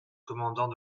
commandant